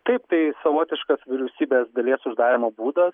taip tai savotiškas vyriausybės dalies uždarymo būdas